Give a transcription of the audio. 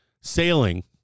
sailing